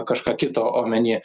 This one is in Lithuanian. kažką kito omeny